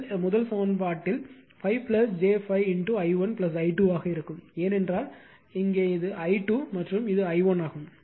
L முதல் சமன்பாட்டில் 5 j 5 i1 i2 ஆக இருக்கும் ஏனென்றால் இங்கே இது i2 மற்றும் இது i1 ஆகும்